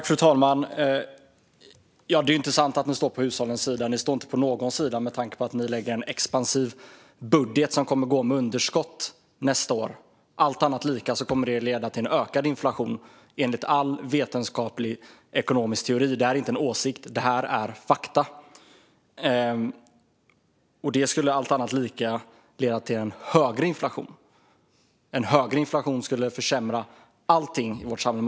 Fru talman! Det är inte sant att ni står på hushållens sida. Ni står inte på någons sida, med tanke på att ni lägger fram en expansiv budget som kommer att gå med underskott nästa år. Allt annat lika kommer det att leda till en högre inflation, enligt all vetenskaplig ekonomisk teori. Det är inte en åsikt; det är fakta. En högre inflation skulle försämra allting i vårt samhälle.